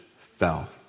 fell